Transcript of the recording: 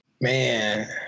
Man